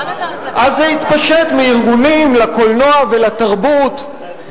זה התפשט מארגונים לקולנוע ולתרבות,